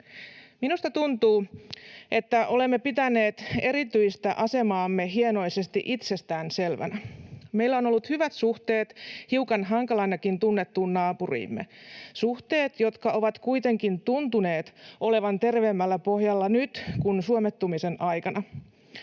Minusta tuntuu, että olemme pitäneet erityistä asemaamme hienoisesti itsestään selvänä. Meillä on ollut hyvät suhteet hiukan hankalanakin tunnettuun naapuriimme, suhteet, jotka ovat kuitenkin tuntuneet olevan terveemmällä pohjalla nyt kuin suomettumisen aikana.